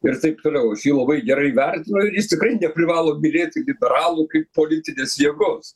ir taip toliau aš jį labai gerai vertinu ir jis tikrai privalo mylėti liberalų kaip politinės jėgos